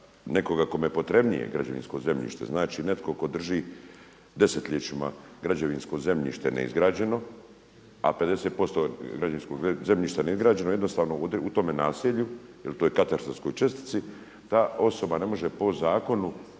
nekoga kome je potrebnije građevinsko zemljište, znači, netko tko drži desetljećima građevinsko zemljište neizgrađeno, a 50 posto građevinskog zemljišta je neizgrađeno, jednostavno u tome naselju, na toj katastarskoj čestici, ta osoba ne može po zakonu